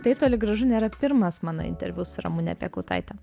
tai toli gražu nėra pirmas mano interviu su ramune piekautaite